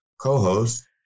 co-host